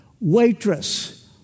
waitress